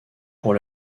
pour